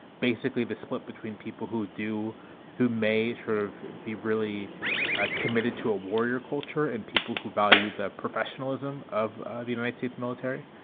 basically the split between people who do who may sort of be really ah committed to a warrior culture and people who value the professionalism of the united states military.